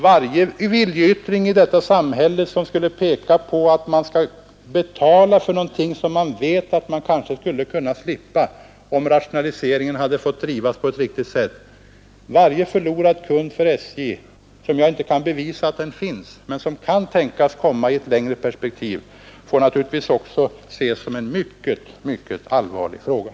Varje viljeyttring i detta samhälle, som pekar på att man skall betala för någonting som man skulle kunna slippa betala om rationaliseringen hade fått drivas på ett riktigt sätt, varje förlorad kund för SJ — som kanske kan komma att finnas på längre sikt — får naturligtvis betraktas som en mycket allvarlig sak.